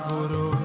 Guru